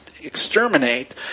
exterminate